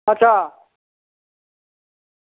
अच्छा